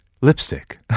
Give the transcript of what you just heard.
lipstick